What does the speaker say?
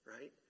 right